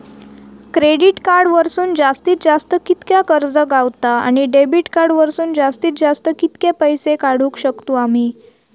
Credit card वरसून जास्तीत जास्त कितक्या कर्ज गावता, आणि डेबिट कार्ड वरसून जास्तीत जास्त कितके पैसे काढुक शकतू आम्ही?